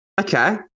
Okay